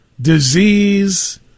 Disease